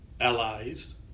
allies